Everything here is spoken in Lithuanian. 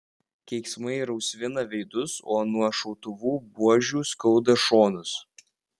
keiksmai rausvina veidus o nuo šautuvų buožių skauda šonus